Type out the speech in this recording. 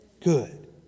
good